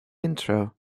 intro